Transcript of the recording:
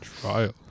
Trial